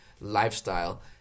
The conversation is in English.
lifestyle